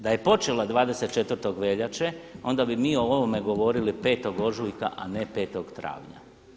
Da je počela 24. veljače onda bi mi o ovome govorili 5. ožujka, a ne 5. travnja.